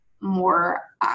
more